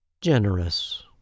generous